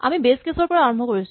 আমি বেচ কেচ ৰ পৰা আৰম্ভ কৰিছো